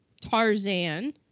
Tarzan